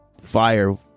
Fire